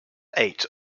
eight